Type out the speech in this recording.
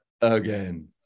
again